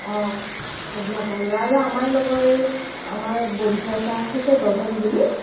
অঁ সেইবিলাক আৰু আৰু আমাৰ লগৰ এই আমাৰ বন্ধু এটা আছে যে গগন বুলি